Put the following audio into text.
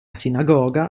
sinagoga